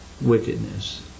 wickedness